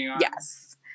yes